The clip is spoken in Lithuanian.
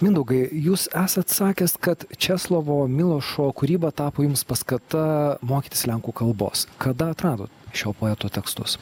mindaugai jūs esat sakęs kad česlovo milošo kūryba tapo jums paskata mokytis lenkų kalbos kada atradot šio poeto tekstus